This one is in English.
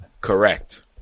Correct